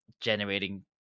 generating